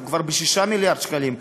אנחנו כבר ב-6 מיליארד שקלים,